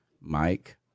mike